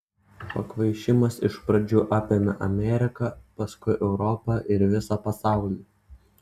pakvaišimas iš pradžių apėmė ameriką paskui europą ir visą pasaulį